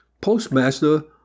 Postmaster